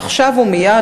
עכשיו ומייד,